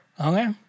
Okay